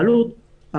ההתקהלות,